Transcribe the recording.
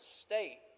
state